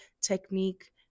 technique